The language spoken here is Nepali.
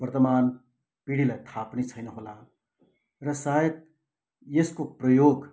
वर्तमान पिँढीलाई थाह पनि छैन होला र सायद यसको प्रयोग